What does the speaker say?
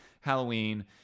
Halloween